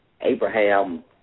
Abraham